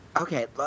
Okay